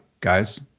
guys